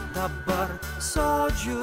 dabar sodžių